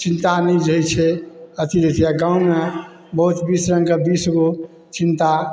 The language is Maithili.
चिन्ता नहि रहै छै अथी जाहिमे बहुत बीस रङ्गके बीसगो चिन्ता